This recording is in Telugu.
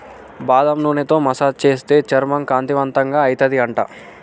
బాదం నూనెతో మసాజ్ చేస్తే చర్మం కాంతివంతంగా అయితది అంట